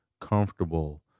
comfortable